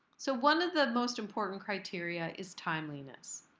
so one of the most important criteria is timeliness.